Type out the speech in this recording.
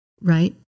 right